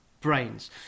Brains